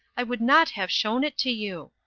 i would not have shown it to you.